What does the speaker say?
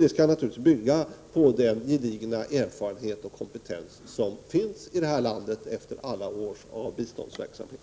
Det skulle naturligtvis bygga på den gedigna erfarenhet och kompetens som finns i vårt land efter alla år av biståndsverksamhet.